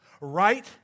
right